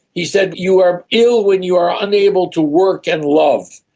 he said you are ill when you are unable to work and love.